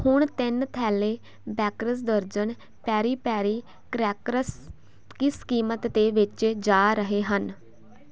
ਹੁਣ ਤਿੰਨ ਥੈਲੇ ਬੇਕਰਜ਼ ਦਰਜਨ ਪੇਰੀ ਪੇਰੀ ਕ੍ਰੈਕਰਸ ਕਿਸ ਕੀਮਤ 'ਤੇ ਵੇਚੇ ਜਾ ਰਹੇ ਹਨ